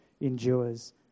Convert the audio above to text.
endures